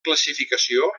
classificació